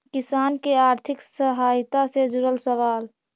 किसान के आर्थिक सहायता से जुड़ल सवाल?